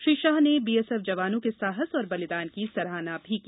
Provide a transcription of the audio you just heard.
श्री शाह ने बीएसएफ जवानों के साहस और बलिदान की सराहना भी की